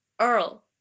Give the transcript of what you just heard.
Earl